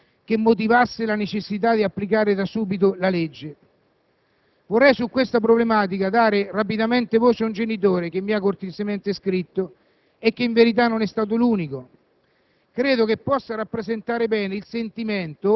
Non ho ricevuto nessuna risposta esplicita che motivasse la necessità di applicare da subito la legge. Vorrei su questa problematica dare voce a un genitore che mi ha cortesemente scritto, e che in verità non è stato l'unico;